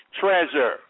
treasure